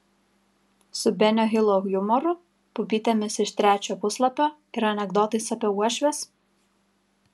su benio hilo jumoru pupytėmis iš trečio puslapio ir anekdotais apie uošves